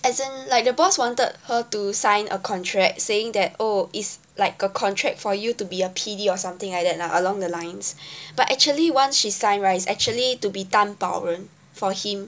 as in like the boss wanted her to sign a contract saying that oh is like a contract for you to be a P_D or something like that ah along the lines but actually once she sign right is actually to be 担保人 for him